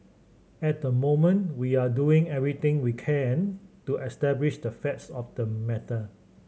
at the moment we are doing everything we can to establish the facts of the matter